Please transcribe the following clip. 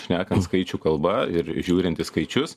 šnekant skaičių kalba ir žiūrint į skaičius